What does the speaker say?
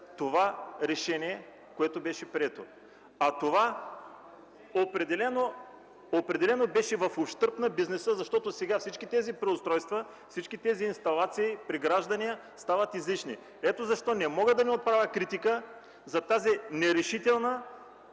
това решение, което беше прието. А това определено беше в ущърб на бизнеса, защото сега всички тези преустройства, преграждания, инсталации стават излишни. Ето защо не мога да не отправя критика за тази нерешителна